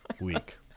week